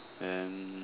and then